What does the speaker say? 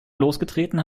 losgetreten